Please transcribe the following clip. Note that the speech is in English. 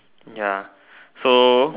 ya so